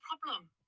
problem